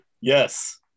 Yes